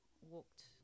walked